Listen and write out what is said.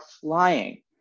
flying